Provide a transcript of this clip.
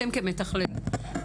אתם כמתכללים,